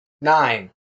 Nine